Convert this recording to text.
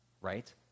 right